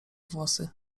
włosy